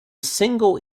single